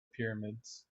pyramids